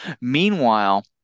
Meanwhile